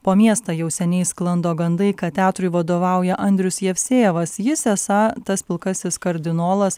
po miestą jau seniai sklando gandai kad teatrui vadovauja andrius jevsejevas jis esą tas pilkasis kardinolas